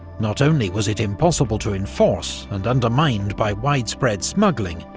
not only was it impossible to enforce, and undermined by widespread smuggling,